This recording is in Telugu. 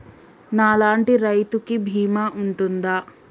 నా లాంటి రైతు కి బీమా ఉంటుందా?